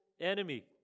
enemy